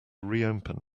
reopen